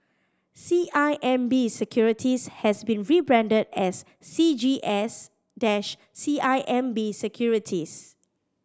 C I M B Securities has been rebranded as C G S dash C I M B Securities